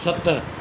सत